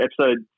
episode